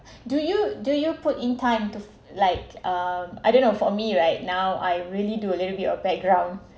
do you do you put in time to like um I don't know for me right now I really do a little bit of background